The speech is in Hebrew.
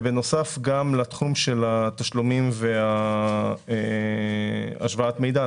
בנוסף גם לתחום של התשלומים והשוואת מידע,